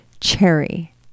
cherry